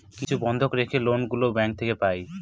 কিছু বন্ধক রেখে লোন গুলো ব্যাঙ্ক থেকে পাই